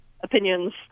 opinions